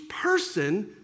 person